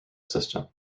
system